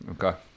Okay